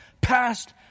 past